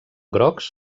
grocs